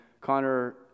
Connor